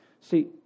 See